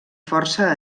força